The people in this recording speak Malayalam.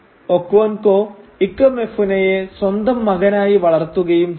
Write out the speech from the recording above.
ഒക്കോൻകോ ഇക്കമെഫുനയെ സ്വന്തം മകനായി വളർത്തുകയും ചെയ്തു